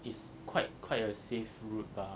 is quite quite a safe route lah